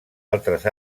altres